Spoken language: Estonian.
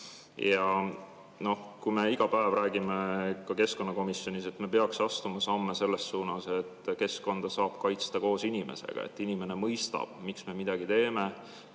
Kui me iga päev räägime, ka keskkonnakomisjonis, et peaksime astuma samme selles suunas, et keskkonda saaks kaitsta koos inimesega, et inimene mõistaks, miks me midagi teeme,